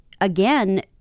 Again